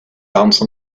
dance